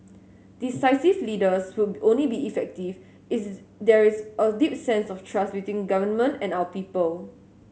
decisive leaders would only be effective is there is a deep sense of trust between government and our people